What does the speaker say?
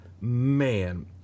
man